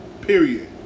period